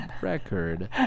record